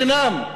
בחינם,